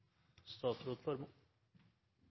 statsråd